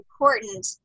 important